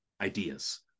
ideas